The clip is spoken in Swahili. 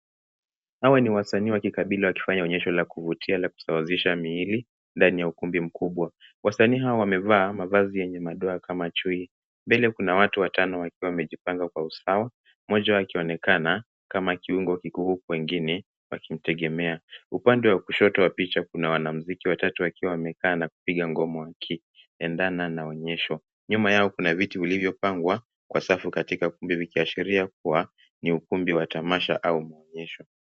Hawa ni wasanii wa kikabila wakifanya onyesho la kuvutia la kuzawasisha miili ndani ya ukumbi mkubwa. Wasanii hawa wamevaa mavazi yenye madoa kama chui. Mbele kuna watu watano wakiwa wamejipanga kwa usawa moja akionekana kama kiungo kikubwa wengine wakimtegemea. Upande wa kushoto wa picha kuna wanamuziki watatu wakiwa wamekaa na kupiga ngoma wakiendana na onyesho. Nyuma yao kuna viti ulivyopangwa kwa safu katika kumbi vikiashiria kuwa ni ukumbi wa tamasha au maonyesho.